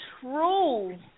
true